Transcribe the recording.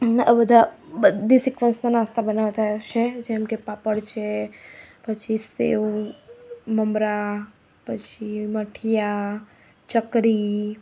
આ બધા બધી સિક્વન્સના નાસ્તા બનાવતા હશે જેમકે પાપડ છે પછી સેવ મમરા પછી મઠિયાં ચકરી